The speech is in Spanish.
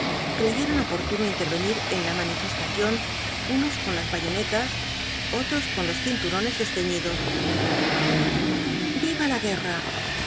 creyeron oportuno intervenir en la manifestación unos con las bayonetas otros con los cinturones desceñidos viva la guerra